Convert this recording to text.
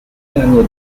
dernier